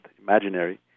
imaginary